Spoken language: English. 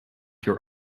your